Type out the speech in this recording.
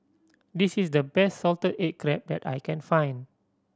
this is the best salted egg crab that I can find